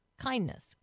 kindness